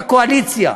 בקואליציה,